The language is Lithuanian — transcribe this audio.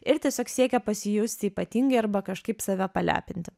ir tiesiog siekia pasijausti ypatingai arba kažkaip save palepinti